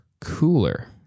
cooler